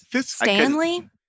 Stanley